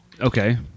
okay